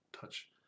touch